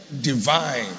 divine